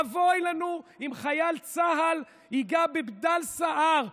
אבוי לנו אם חייל צה"ל ייגע בבדל שיער,